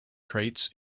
traits